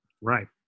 right